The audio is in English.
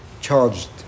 charged